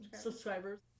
subscribers